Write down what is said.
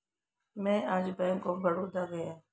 मैं आज bank of Baroda गया था